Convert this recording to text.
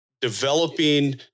developing